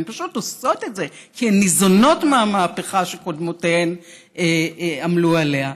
הן פשוט עושות את זה כי הן ניזונות מהמהפכה שקודמותיהן עמלו עליה.